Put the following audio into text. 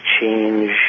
change